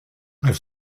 i’ve